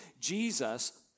Jesus